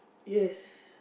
yes